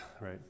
right